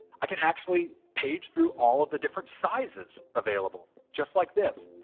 i can actually page through all of the different sizes available. just like this.